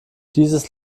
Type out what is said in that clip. dieses